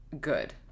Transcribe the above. good